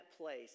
place